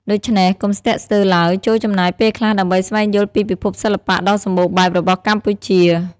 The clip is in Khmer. ដូច្នេះ កុំស្ទាក់ស្ទើរឡើយ ចូរចំណាយពេលខ្លះដើម្បីស្វែងយល់ពីពិភពសិល្បៈដ៏សម្បូរបែបរបស់កម្ពុជា។